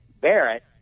Barrett